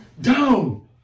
down